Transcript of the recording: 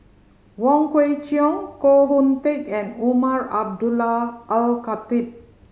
Wong Kwei Cheong Koh Hoon Teck and Umar Abdullah Al Khatib